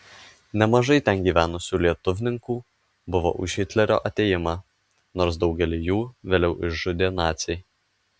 nemažai ten gyvenusių lietuvninkų buvo už hitlerio atėjimą nors daugelį jų vėliau išžudė naciai